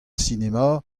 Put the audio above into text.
sinema